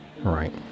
right